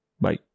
Bye